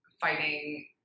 fighting